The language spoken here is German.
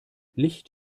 licht